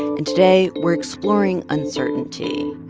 and today we're exploring uncertainty.